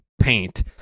paint